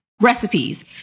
Recipes